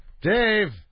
Dave